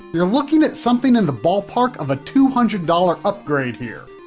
you're looking at something in the ballpark of a two hundred dollars upgrade here,